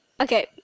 okay